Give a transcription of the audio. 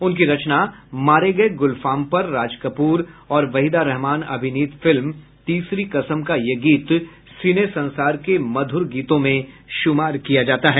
उनकी रचना मारे गये गुलफाम पर राज कप्र और वहीदा रहमान अभिनीत फिल्म तीसरी कसम का यह गीत सिने संसार के मधुर गीतों में शुमार किया जाता है